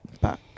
back